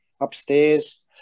upstairs